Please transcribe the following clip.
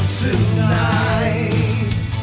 tonight